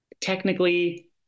technically